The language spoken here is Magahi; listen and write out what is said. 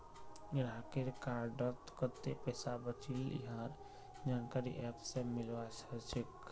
गाहकेर कार्डत कत्ते पैसा बचिल यहार जानकारी ऐप स मिलवा सखछे